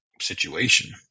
situation